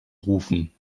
rufen